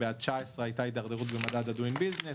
ב-2019 הייתה התדרדרות במדד Doing business,